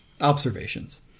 Observations